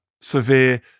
severe